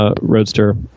Roadster